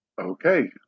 Okay